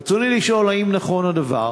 ברצוני לשאול: 1. האם נכון הדבר?